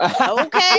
okay